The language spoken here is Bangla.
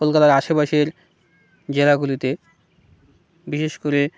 কলকাতার আশেপাশের জেলাগুলিতে বিশেষ করে